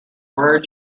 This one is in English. were